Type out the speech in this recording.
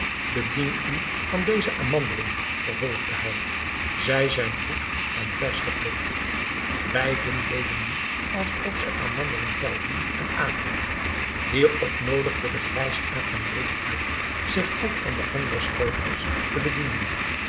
bedien u van deze amandelen vervolgde hij zij zijn goed en versch geplukt beiden deden nu alsof zij amandelen pelden en aten hierop noodigde de grijsaard mijn broeder uit zich ook van de andere schotels te bedienen